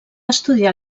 estudiar